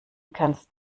kannst